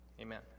Amen